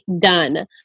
done